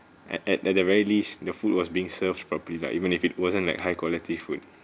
at at at the very least the food was being served properly like even if it wasn't like high quality food